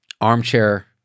armchair